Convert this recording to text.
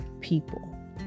people